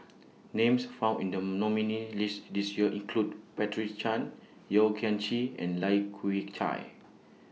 Names found in The nominees' list This Year include Patricia Chan Yeo Kian Chye and Lai Kew Chai